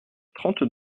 trente